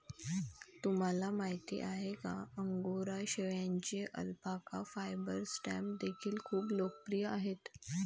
तुम्हाला माहिती आहे का अंगोरा शेळ्यांचे अल्पाका फायबर स्टॅम्प देखील खूप लोकप्रिय आहेत